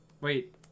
wait